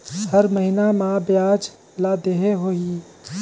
हर महीना मा ब्याज ला देहे होही?